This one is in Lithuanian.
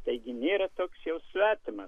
taigi nėra toks jau svetimas